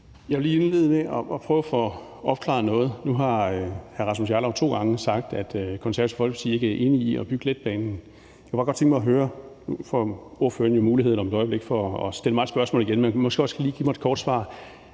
Jeg vil lige indlede med at prøve at få opklaret noget. Nu har hr. Rasmus Jarlov to gange sagt, at Det Konservative Folkeparti ikke er enig i at bygge letbanen. Jeg kunne bare godt tænke mig at høre en ting. Nu får ordføreren jo muligheden for om et øjeblik at stille mig et spørgsmål igen, men måske også for lige at give mig et kort svar.